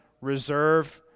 reserve